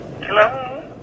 Hello